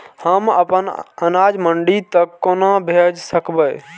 हम अपन अनाज मंडी तक कोना भेज सकबै?